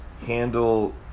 handle